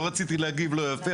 לא רציתי להגיב לא יפה,